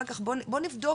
אחר כך, בוא נבדוק,